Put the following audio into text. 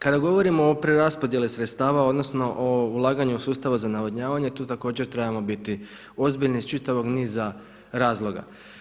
Kada govorimo o preraspodjeli sredstava odnosno o ulaganju sustava za navodnjavanje tu također trebamo biti ozbiljni iz čitavog niza razloga.